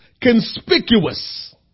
conspicuous